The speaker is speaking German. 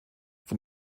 von